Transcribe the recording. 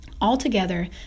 Altogether